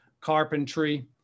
carpentry